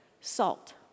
salt